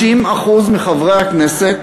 50% מחברי הכנסת,